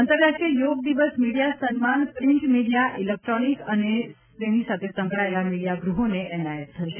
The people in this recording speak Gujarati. આંતરરાષ્ટ્રીય યોગ દિવસ મીડિયા સન્માન પ્રિન્ટ મીડિયા ઇલેક્ટ્રોનિક અને સંકળાયેલા મીડિયા ગૃહોને એનાયત થશે